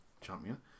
champion